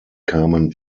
kamen